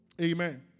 Amen